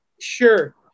sure